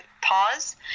pause